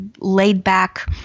laid-back